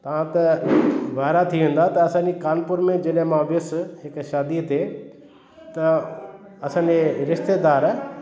तव्हां त वाइड़ा थी वेंदा त असांजी कानपुर में जॾहिं मां वियुसि हिकु शादीअ ते त असांजे रिश्तेदार